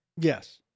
Yes